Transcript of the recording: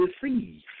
deceive